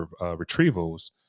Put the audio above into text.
retrievals